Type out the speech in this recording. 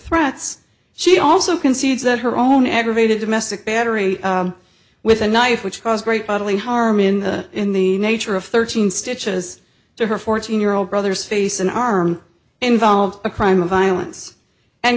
threats she also concedes that her own aggravated domestic battery with a knife which cause great bodily harm in the in the nature of thirteen stitches to her fourteen year old brothers face an arm involved a crime of violence and